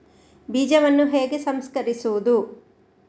ಬೀಜವನ್ನು ಹೇಗೆ ಸಂಸ್ಕರಿಸುವುದು?